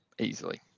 easily